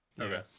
okay